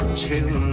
till